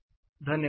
Thank you धन्यवाद